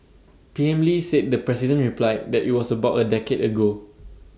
P M lee said the president replied that IT was about A decade ago